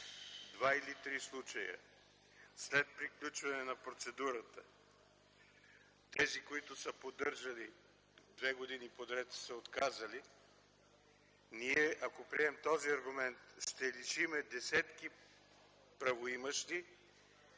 два или три случая след приключване на процедурата тези, които са поддържали две години подред, са се отказали. Ако ние приемем този аргумент, ще лишим десетки правоимащи